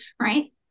right